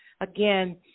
Again